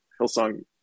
Hillsong